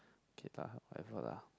give up whatever lah